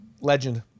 legend